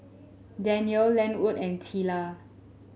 Danyel Lenwood and Teela